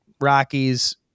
Rockies